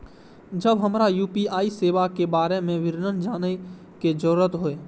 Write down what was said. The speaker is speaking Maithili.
जब हमरा यू.पी.आई सेवा के बारे में विवरण जानय के जरुरत होय?